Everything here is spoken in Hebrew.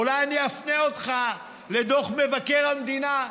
אולי אפנה אותך לדוח מבקר המדינה,